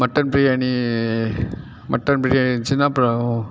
mutton biryani mutton biryani இருந்துச்சின்னால் அப்பறம்